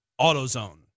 AutoZone